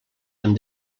amb